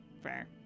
fair